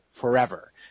forever